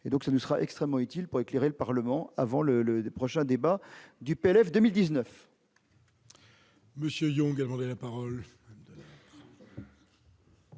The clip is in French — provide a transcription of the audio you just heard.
évaluation nous sera extrêmement utile pour éclairer le Parlement avant le prochain débat budgétaire.